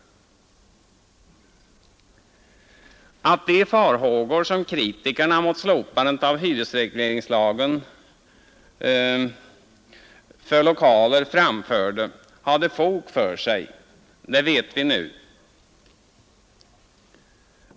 Att de farhågor som kritikerna mot slopandet av hyresregleringen för lokaler framförde hade fog för sig vet vi nu.